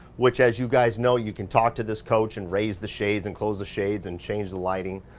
which as you guys know, you can talk to this coach and raise the shades and close the shades and change the lighting.